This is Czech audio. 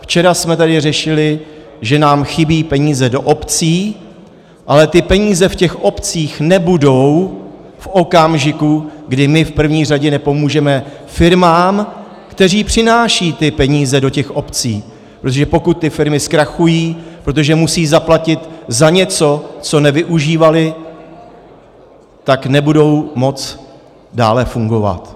Včera jsme tady řešili, že nám chybí peníze do obcí, ale ty peníze v těch obcích nebudou v okamžiku, kdy my v první řadě nepomůžeme firmám, které přinášejí ty peníze do těch obcí, protože pokud ty firmy zkrachují, protože musí zaplatit za něco, co nevyužívaly, tak nebudou moci dále fungovat.